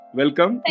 welcome